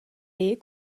era